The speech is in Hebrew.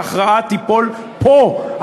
ההכרעה תיפול פה,